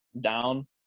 down